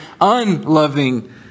unloving